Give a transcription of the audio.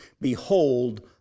Behold